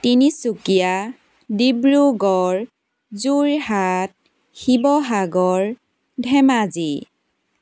Tinsukia Dibrugarh Jorhat Sivasagar Dhemaji